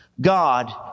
God